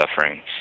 suffering